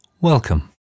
Welcome